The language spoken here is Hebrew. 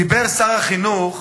דיבר שר החינוך